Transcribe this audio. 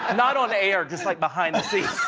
and not on air. just, like, behind the scenes.